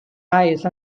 ice